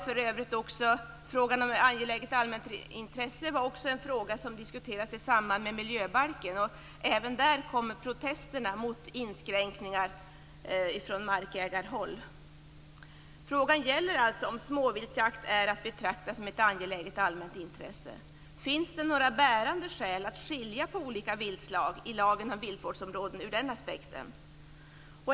Frågan om angeläget allmänt intresse var också en fråga som diskuterades i samband med miljöbalken, och även där kom protester mot inskränkningar från markägarhåll. Frågan gäller alltså om småviltsjakt är att betrakta som ett angeläget allmänt intresse. Finns det några bärande skäl att skilja på olika viltslag i lagen om viltvårdsområden ur den aspekten?